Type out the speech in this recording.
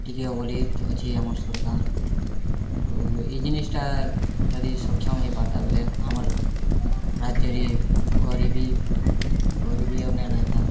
ଟିକେ ଅଭଲିତ ଅଛି ଆମ ସରକାର୍ ଆଉ ଇ ଜିନିଷ୍ ଟା ଯଦି ସକ୍ଷମ୍ ହେଇ ପାରତା ବେଲେ ଆମର୍ ରାଜ୍ୟ ରେ ଘରେ ବି ଗରିବି ଆଉ ନାଇଁ ରହିତା